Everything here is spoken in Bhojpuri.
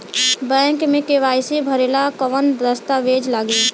बैक मे के.वाइ.सी भरेला कवन दस्ता वेज लागी?